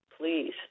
please